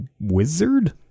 wizard